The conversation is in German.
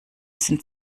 sind